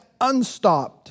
unstopped